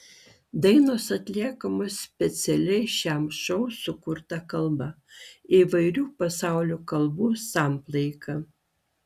dainos atliekamos specialiai šiam šou sukurta kalba įvairių pasaulio kalbų samplaika